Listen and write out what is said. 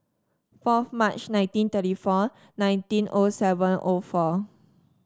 fourth March nineteen thirty four nineteen O seven O four